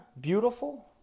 beautiful